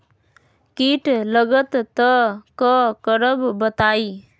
कीट लगत त क करब बताई?